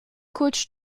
coach